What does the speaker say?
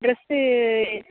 dress